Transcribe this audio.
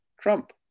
Trump